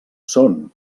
són